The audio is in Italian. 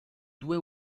due